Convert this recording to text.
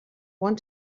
want